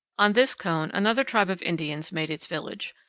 on this cone another tribe of indians made its village,